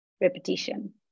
repetition